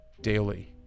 daily